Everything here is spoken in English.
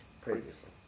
Previously